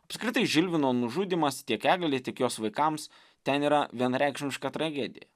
apskritai žilvino nužudymas tiek eglei tiek jos vaikams ten yra vienareikšmiška tragedija